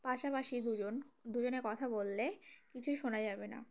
পাশাপাশি দুজন দুজনে কথা বললে কিছুই শোনা যাবে না